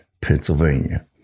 Pennsylvania